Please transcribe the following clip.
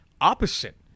opposite